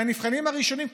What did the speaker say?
מהנבחנים הראשונים,